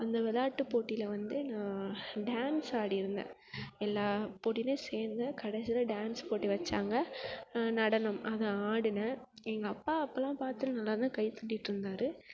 அந்த விளையாட்டு போட்டியில் வந்து நான் டான்ஸ் ஆடியிருந்தேன் எல்லா போட்டிலேயும் சேர்ந்தேன் கடைசியில் டான்ஸ் போட்டி வச்சாங்க நடனம் அதை ஆடினேன் எங்கள் அப்பாவை அப்போல்லாம் பார்த்துட்டு நல்லாதான் கைத் தட்டிட்டுயிருந்தார்